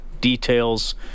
details